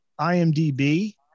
imdb